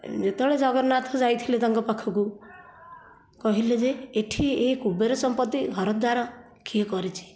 ଯେତବେଳେ ଜଗନ୍ନାଥ ଯାଇଥିଲେ ତାଙ୍କ ପାଖକୁ କହିଲେ ଯେ ଏଠି ଏ କୁବେର ସମ୍ପତ୍ତି ଘରଦ୍ୱାର କିଏ କରିଛି